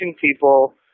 people